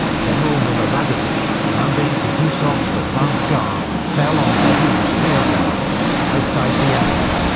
general miloradovich, commanding kutuzov's advance guard, fell on davout's rearguard outside vyazma.